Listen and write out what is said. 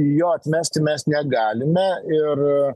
jo atmesti mes negalime ir